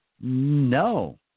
No